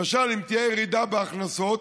למשל, אם תהיה ירידה בהכנסות,